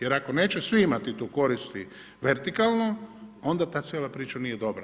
Jer ako neće svi imati tu koriti vertikalno onda ta cijela priča nije dobra.